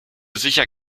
sicher